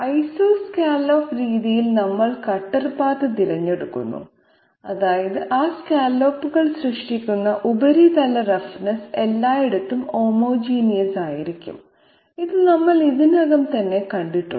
ഐസോ scallop രീതിയിൽ നമ്മൾ cutter path തിരഞ്ഞെടുക്കുന്നു അതായത് ആ സ്കല്ലോപ്പുകൾ സൃഷ്ടിക്കുന്ന ഉപരിതല റഫ്നെസ്സ് എല്ലായിടത്തും ഹോമോജീനിയസ് ആയിരിക്കും ഇത് നമ്മൾ ഇതിനകം തന്നെ കണ്ടു